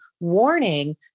warning